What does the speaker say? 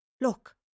Look